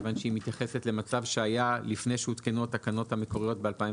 מכיוון שהיא מתייחסת למצב שהיה לפני שהותקנו התקנות המקוריות ב-2011.